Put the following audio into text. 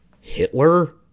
Hitler